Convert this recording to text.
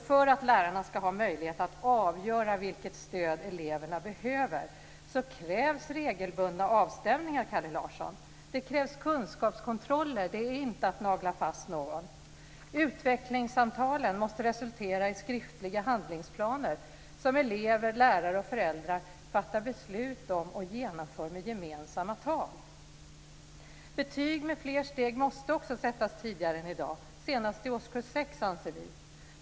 För att lärarna ska ha möjlighet att avgöra vilket stöd eleverna behöver krävs regelbundna avstämningar, Kalle Larsson. Det krävs kunskapskontroller. Det är inte att nagla fast någon. Utvecklingssamtalen måste resultera i skriftliga handlingsplaner som elever, lärare och föräldrar fattar beslut om och genomför med gemensamma tag. Betyg med fler steg måste också sättas tidigare än i dag - senast i årskurs 6 anser vi.